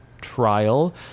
trial